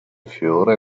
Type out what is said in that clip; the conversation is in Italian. fiore